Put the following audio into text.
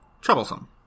troublesome